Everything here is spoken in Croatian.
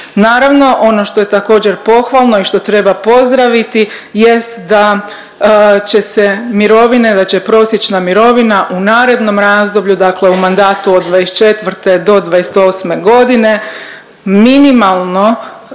Naravno ono što je također pohvalno i što treba pozdraviti jest da će se mirovine, da će prosječna mirovina u narednom razdoblju, dakle u mandatu od '24. do '28.g. minimalno